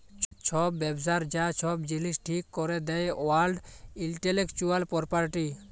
ছব ব্যবসার যা ছব জিলিস ঠিক ক্যরে দেই ওয়ার্ল্ড ইলটেলেকচুয়াল পরপার্টি